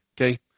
okay